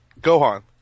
Gohan